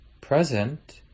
present